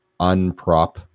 unprop